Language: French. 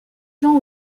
gens